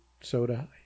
soda